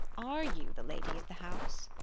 are you the lady of the house?